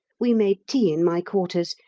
we made tea in my quarters,